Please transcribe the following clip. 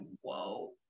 whoa